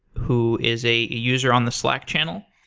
who is a user on the slack channel.